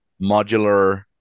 modular